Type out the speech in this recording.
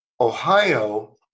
Ohio